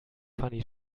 fanny